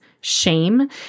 shame